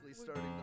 starting